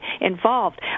involved